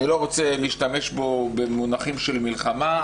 אני לא רוצה להשתמש כאן במונחים של מלחמה,